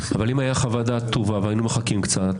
אם הייתה חוות-דעת כתובה והיינו מחכים קצת,